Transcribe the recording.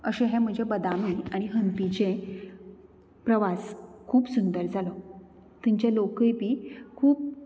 अशे हे म्हजे बदामी आणी हंपिचे प्रवास खूब सुंदर जालो थंयचे लोकूय बी खूब